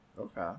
Okay